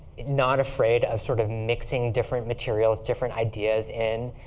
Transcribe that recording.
not afraid of sort of mixing different materials, different ideas in,